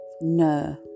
No